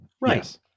Right